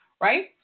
Right